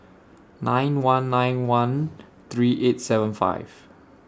nine one nine one three eight seven five